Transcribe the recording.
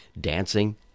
dancing